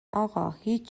اقا، هیچ